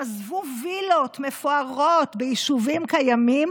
הם עזבו וילות מפוארות ביישובים קיימים